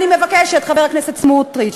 אני מבקשת, חבר הכנסת סמוטריץ,